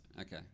Okay